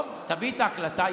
טוב, תביאי את ההקלטה.